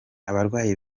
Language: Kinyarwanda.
abarwayi